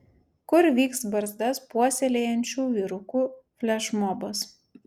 kur vyks barzdas puoselėjančių vyrukų flešmobas